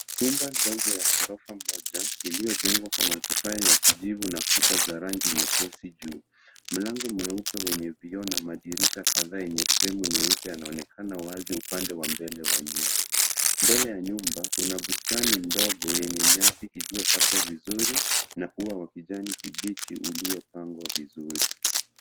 Nyumba ndogo ya ghorofa moja iliyojengwa kwa matofali ya kijivu na kuta za rangi nyepesi juu. Mlango mweupe wenye vioo na madirisha kadhaa yenye fremu nyeupe yanaonekana wazi upande wa mbele wa nyumba. Mbele ya nyumba, kuna bustani ndogo yenye nyasi iliyokatwa vizuri na ua wa kijani kibichi uliopambwa vizuri.